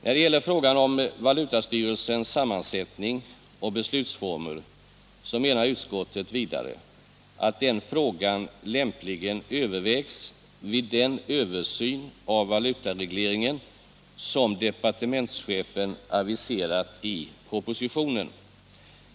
När det gäller frågan om valutastyrelsens sammansättning och beslutsformer menar utskottet vidare att den frågan lämpligen övervägs vid den översyn av valutaregleringen som departementschefen aviserar i propositionen.